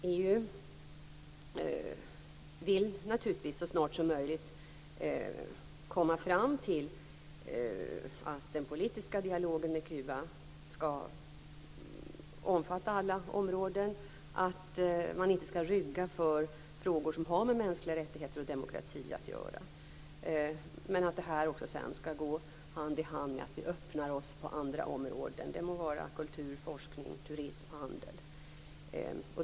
EU vill naturligtvis så snart som möjligt komma fram till att den politiska dialogen med Kuba skall omfatta alla områden, att man inte skall rygga för frågor som har med demokrati och mänskliga rättigheter att göra. Detta skall gå hand i hand med att vi öppnar oss på andra områden, det må vara kultur, forskning, turism eller handel.